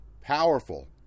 powerful